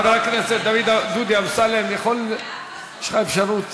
חבר הכנסת דודי אמסלם, יש לך אפשרות